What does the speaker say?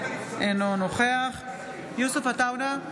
אינו נוכח יוסף עטאונה,